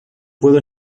puedo